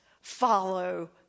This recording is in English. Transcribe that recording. follow